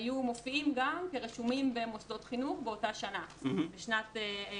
היו מופיעים גם כרשומים במוסדות חינוך בשנת תש"פ,